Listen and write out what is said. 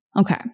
Okay